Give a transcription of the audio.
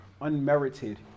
unmerited